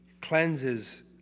cleanses